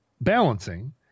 balancing